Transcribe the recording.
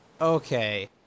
Okay